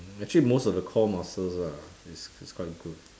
actually most of the core muscles lah it's it's quite good